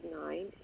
nine